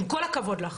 עם כל הכבוד לך.